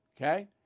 Okay